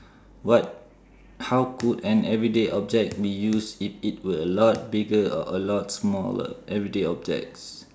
what how could an everyday object be used if it were a lot bigger or a lot smaller everyday objects